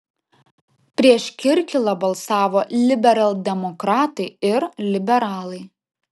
prieš kirkilą balsavo liberaldemokratai ir liberalai